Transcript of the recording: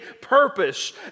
purpose